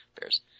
Bears